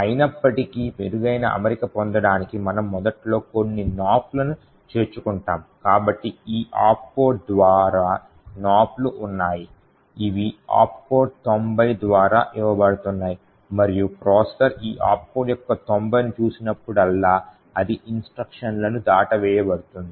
అయినప్పటికీ మెరుగైన అమరిక పొందడానికి మనం మొదట్లో కొన్ని నాప్లను చేర్చుకుంటాము కాబట్టి ఈ ఆప్ కోడ్ ద్వారా నాప్లు ఉన్నాయి ఇవి ఆప్ కోడ్ 90 ద్వారా ఇవ్వబడతాయి మరియు ప్రాసెసర్ ఈ ఆప్ కోడ్ యొక్క 90ను చూసినప్పుడల్లా అది ఇన్స్ట్రక్షన్లను దాటవేయబడుతుంది